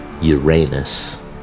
Uranus